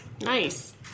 Nice